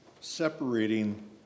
separating